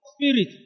Spirit